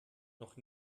noch